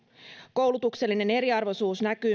koulutuksellinen eriarvoisuus näkyy